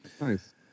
Nice